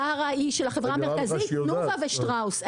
טרה שהיא של החברה המרכזית, תנובה ושטראוס.